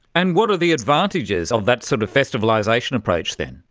and what are the advantages of that sort of festivalisation approach then?